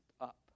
up